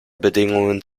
bedingungen